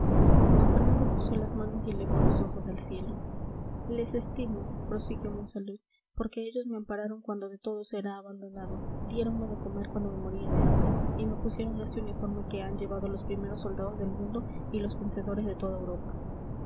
d femando cruzó las manos y elevó los ojos al cielo les estimo prosiguió monsalud porque ellos me ampararon cuando de todos era abandonado diéronme de comer cuando me moría de hambre y me pusieron este uniforme que han llevado los primeros soldados del mundo y los vencedores de toda europa